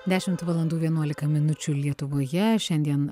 dešimt valandų vienuolika minučių lietuvoje šiandien